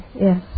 yes